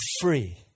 free